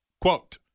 Quote